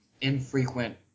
infrequent